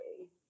okay